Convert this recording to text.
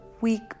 week